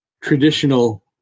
traditional